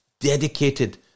dedicated